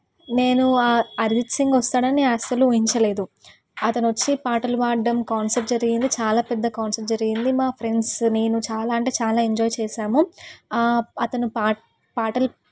నేను అరిజిత్ సింగ్ వస్తాడని నేను అస్సలు ఊహించలేదు అతను వచ్చి పాటలు పాడటం కాన్సర్ట్ జరిగింది చాలా పెద్ద కాన్సర్ట్ జరిగింది మా ఫ్రెండ్స్ నేను చాలా అంటే చాలా ఎంజాయ్ చేసాము అతను పా పాటలు